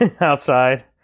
outside